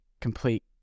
complete